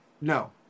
No